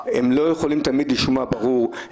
אם חוקר משטרה לשעבר אומר את זה,